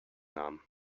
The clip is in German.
namen